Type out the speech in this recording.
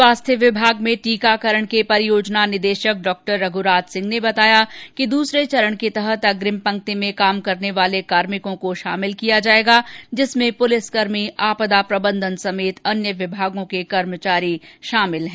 स्वास्थ्य विभाग में टीकाकरण के परियोजना निदेशक डॉ रघुराज सिंह ने बताया कि दूसरे चरण के तहत अग्रिम पंक्ति में काम करने वाले कार्मिकों को शामिल किया जायेगा जिसमें पुलिसकर्मी आपदा प्रबंधन समेत अन्य विभागों के कर्मचारी शामिल है